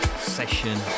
session